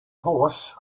horse